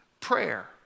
prayer